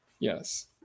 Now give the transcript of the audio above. Yes